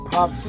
Pop